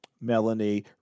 Melanie